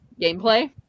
gameplay